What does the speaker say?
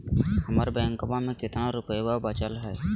हमर बैंकवा में कितना रूपयवा बचल हई?